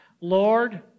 Lord